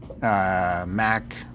Mac